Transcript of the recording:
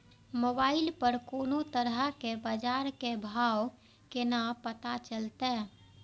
Mobile पर कोनो तरह के बाजार के भाव केना पता चलते?